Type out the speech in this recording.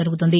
జరుగుతుంది